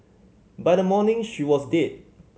by the morning she was dead